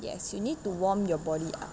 yes you need to warm your body ah